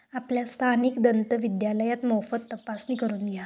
आपल्या स्थानिक दंतविद्यालयात मोफत तपासणी करून घ्या